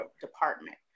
department